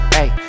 Hey